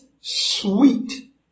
sweet